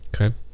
Okay